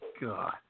God